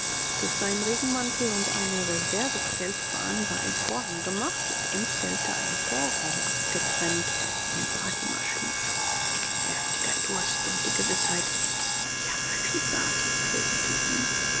durch seinen regenmantel und eine reservezeltbahn war ein vorhang gemacht und im zelte ein vorraum abgetrennt in dem fatima schlief heftiger durst und die gewißheit ich habe fieber quälte ihn